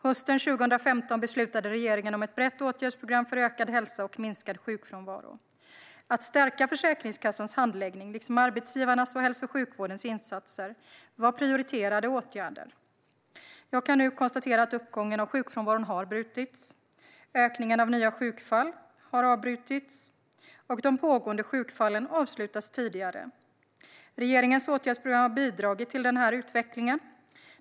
Hösten 2015 beslutade regeringen om ett brett åtgärdsprogram för ökad hälsa och minskad sjukfrånvaro. Att stärka Försäkringskassans handläggning liksom arbetsgivarnas och hälso och sjukvårdens insatser var prioriterade åtgärder. Jag kan nu konstatera att uppgången av sjukfrånvaron har brutits. Ökningen av nya sjukfall har avbrutits, och de pågående sjukfallen avslutas tidigare. Regeringens åtgärdsprogram har bidragit till denna utveckling.